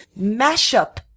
mashup